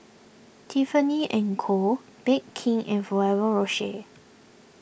Tiffany and Co Bake King and Ferrero Rocher